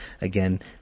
again